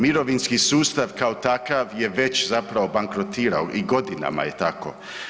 Mirovinski sustav kao takav je već zapravo bankrotirao i godinama je tako.